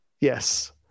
Yes